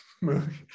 movie